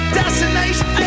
destination